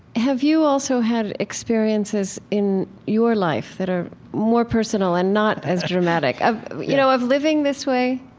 have you also had experiences in your life that are more personal and not as dramatic of, you know, of living this way,